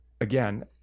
again